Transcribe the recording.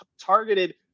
targeted